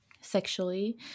Sexually